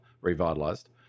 revitalized